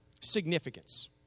significance